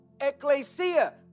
ecclesia